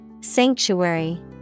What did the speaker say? Sanctuary